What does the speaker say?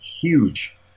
huge